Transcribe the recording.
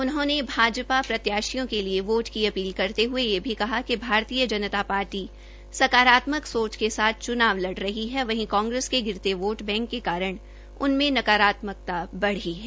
उन्होंने भाजपा प्रत्याशियों के लिए वोट के अपील करते हये ये भी कहा कि भारतीय जनत पार्टी सकारात्मक सोच के साथ चुनाव लड़ रही है वहीं कांग्रेस के गिरते वोट बैंक के कारण उनमें नकारात्मकता बढ़ी है